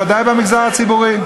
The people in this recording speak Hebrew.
ודאי במגזר הציבורי.